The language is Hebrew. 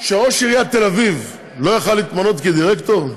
שראש עיריית תל אביב לא יכול להתמנות לדירקטור?